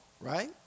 right